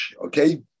Okay